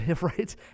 Right